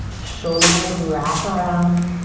shoulder blades wrap around,